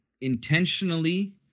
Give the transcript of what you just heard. intentionally